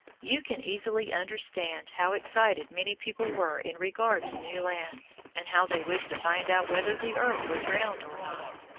you can easily understand how excited many people were in regard to new lands, and how they wished to find out whether the earth was round or not.